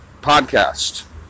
podcast